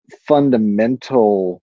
fundamental